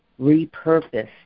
repurposed